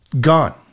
gone